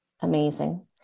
amazing